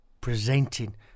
presenting